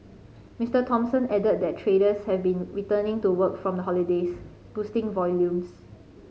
Mister Thompson added that traders have been returning to work from the holidays boosting volumes